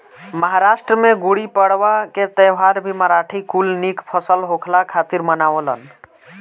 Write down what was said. महाराष्ट्र में गुड़ीपड़वा के त्यौहार भी मराठी कुल निक फसल होखला खातिर मनावेलन